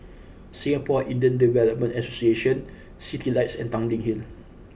Singapore Indian Development Association Citylights and Tanglin Hill